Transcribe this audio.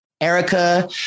Erica